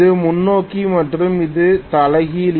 இது முன்னோக்கி மற்றும் இது தலைகீழ்